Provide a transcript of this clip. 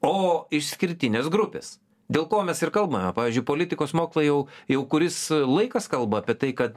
o išskirtinės grupės dėl ko mes ir kalbame pavyzdžiui politikos mokslai jau jau kuris laikas kalba apie tai kad